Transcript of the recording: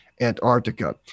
Antarctica